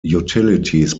utilities